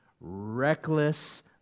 reckless